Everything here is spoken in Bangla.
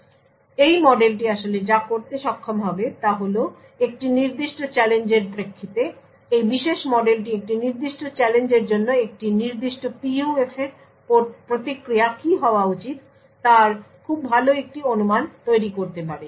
সুতরাং এই মডেলটি আসলে যা করতে সক্ষম হবে তা হল একটি নির্দিষ্ট চ্যালেঞ্জের প্রেক্ষিতে এই বিশেষ মডেলটি একটি নির্দিষ্ট চ্যালেঞ্জের জন্য একটি নির্দিষ্ট PUF এর প্রতিক্রিয়া কি হওয়া উচিত তার খুব ভাল একটি অনুমান তৈরি করতে পারে